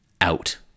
out